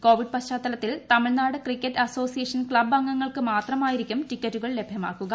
Covid പശ്ചാത്തലത്തിൽ Tamil Nadu cricket association club അംഗങ്ങൾക്ക് മാത്രമായിരിക്കും ടിക്കറ്റുകൾ ലഭൃമാക്കുക